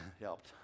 helped